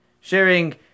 Sharing